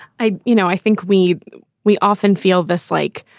i you know, i think we we often feel this like,